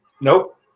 Nope